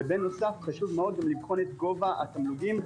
ובנוסף לבחון את גובה התמלוגים,